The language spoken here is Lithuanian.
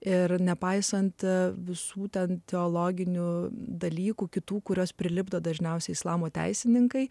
ir nepaisant visų ten teologinių dalykų kitų kurios prilipdo dažniausiai islamo teisininkai